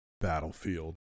battlefield